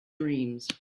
dreams